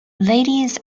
ladies